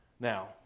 Now